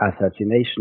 assassination